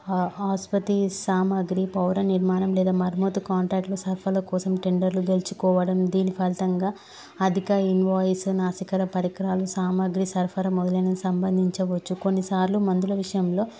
ఆసుపతి సామాగ్రి పౌర నిర్మాణం లేదా మర్మూతు కాంట్రాక్ట్లు సరఫల కోసం టెండర్లు గెలుచుకోవడం దీని ఫలిితంగా అధిక ఇన్వాయిస్ నాసికర పరికరాలు సామాగ్రి సరఫరా మొదలలను సంబంధించవచ్చు కొన్నిసార్లు మందుల విషయంలో